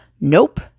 Nope